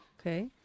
Okay